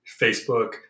Facebook